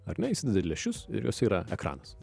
ar ne įsidedi lęšius ir juose yra ekranas